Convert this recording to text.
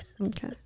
okay